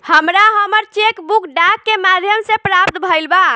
हमरा हमर cheque book डाक के माध्यम से प्राप्त भईल बा